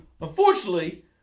Unfortunately